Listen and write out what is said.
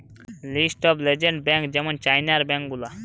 list of largest bank যেমন চাইনার bank গুলা